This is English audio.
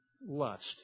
lust